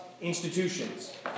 institutions